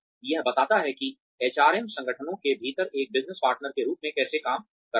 यह बताता है कि एचआरएम संगठनों के भीतर एक बिजनेस पार्टनर के रूप में कैसे काम करता है